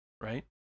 right